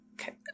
Okay